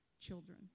children